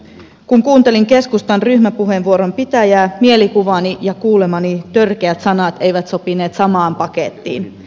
kun kuuntelin keskustan ryhmäpuheenvuoron pitäjää mielikuvani ja kuulemani törkeät sanat eivät sopineet samaan pakettiin